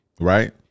Right